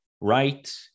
right